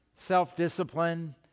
self-discipline